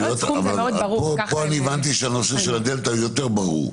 פה הבנתי שהנושא של הדלתא הוא יותר ברור.